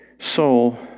soul